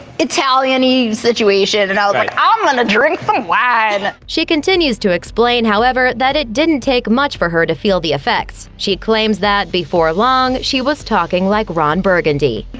italian-y situation, and i was like, i'm gonna drink some wine she continues to explain, however, that it didn't take much for her to feel the effects. she claims that, before long, she was talking like ron burgundy.